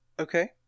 Okay